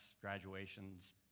graduations